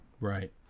Right